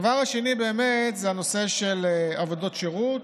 הדבר השני זה הנושא של עבודות שירות.